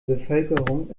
bevölkerung